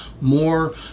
more